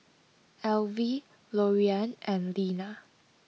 Alvy Loriann and Lena